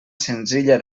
senzilla